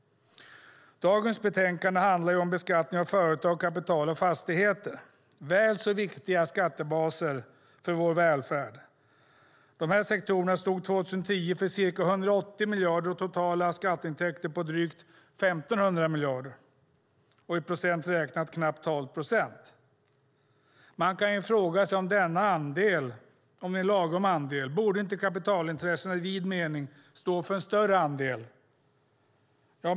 Dagens betänkande handlar om beskattning av företag, kapital och fastigheter. Det är viktiga skattebaser för vår välfärd. Dessa sektorer stod 2010 för ca 180 miljarder av de totala skatteintäkterna på drygt 1 500 miljarder, i procent räknat knappt 12 procent. Man kan fråga sig om detta är en lagom andel. Borde inte kapitalintressena i vid mening stå för en större andel?